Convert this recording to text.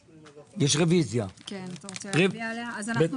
דיון והצבעות יש רוויזיה על הסעיף של ניכוי דמי ביטוח לאומי.